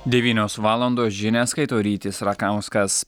devynios valandos žinias skaito rytis rakauskas